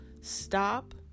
stop